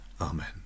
Amen